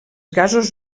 gasos